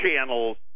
channels